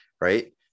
right